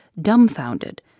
dumbfounded